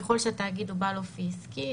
ככל שהתאגיד הוא בעל אופי עסקי,